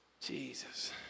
Jesus